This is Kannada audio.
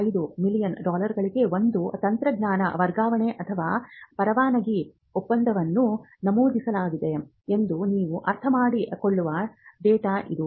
5 ಮಿಲಿಯನ್ ಡಾಲರ್ಗಳಿಗೆ ಒಂದು ತಂತ್ರಜ್ಞಾನ ವರ್ಗಾವಣೆ ಅಥವಾ ಪರವಾನಗಿ ಒಪ್ಪಂದವನ್ನು ನಮೂದಿಸಲಾಗಿದೆ ಎಂದು ನೀವು ಅರ್ಥಮಾಡಿಕೊಳ್ಳುವ ಡೇಟಾ ಇದು